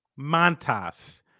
Montas